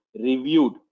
reviewed